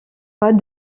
pas